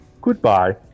Goodbye